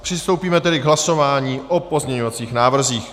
Přistoupíme tedy k hlasování o pozměňovacích návrzích.